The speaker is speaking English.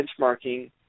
benchmarking